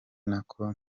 nako